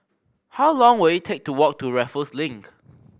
how long will it take to walk to Raffles Link